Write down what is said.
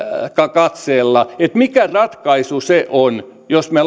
katseella mikä ratkaisu se on jos me